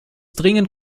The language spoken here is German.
dringend